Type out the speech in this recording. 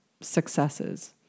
successes